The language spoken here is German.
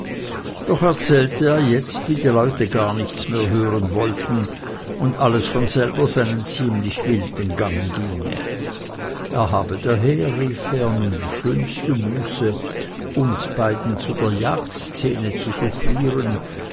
doch erzählte er jetzt wie die leute gar nichts mehr hören wollten und alles von selber seinen ziemlich wilden gang ginge er habe daher rief er nun die schönste muße uns beiden zu der jagdszene zu